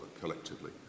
collectively